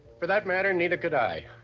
for that matter, neither could i.